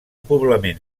poblament